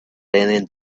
raining